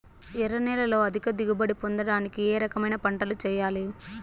ఎర్ర నేలలో అధిక దిగుబడి పొందడానికి ఏ రకమైన పంటలు చేయాలి?